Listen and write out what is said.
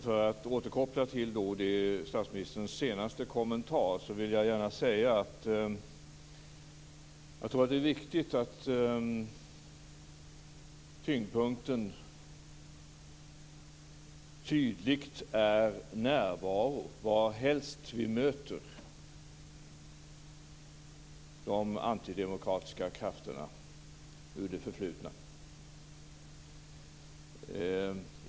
För att återkoppla till statsministerns senaste kommentar vill jag säga att jag tror att det är viktigt att tyngdpunkten tydligt är närvaro, varhelst vi möter de antidemokratiska krafterna ur det förflutna.